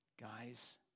Guys